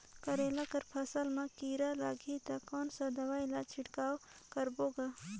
करेला कर फसल मा कीरा लगही ता कौन सा दवाई ला छिड़काव करबो गा?